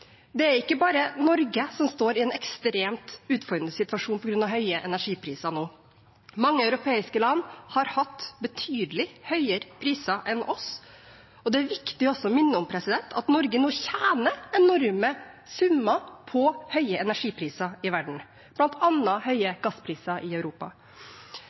Det er ikke bare Norge som står i en ekstremt utfordrende situasjon på grunn av høye energipriser nå. Mange europeiske land har hatt betydelig høyere priser enn oss, og det er viktig også å minne om at Norge nå tjener enorme summer på høye energipriser i verden, bl.a. høye gasspriser i Europa.